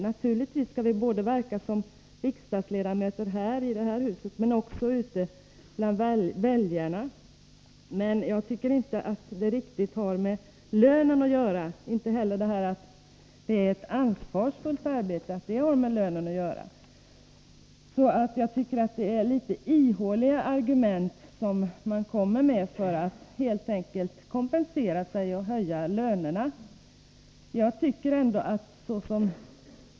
Naturligtvis skall vi både verka som riksdagsledamöter i det här huset och även ute bland väljarna. Jag tycker emellertid inte att detta har så mycket med lönen att göra. Jag anser inte heller att det förhållandet att det är ett ansvarsfullt arbete har med lönen att göra. Jag tycker att det är litet ihåliga argument som framförs av kammarledamöterna för att helt enkelt kompensera sig och höja lönerna.